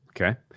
Okay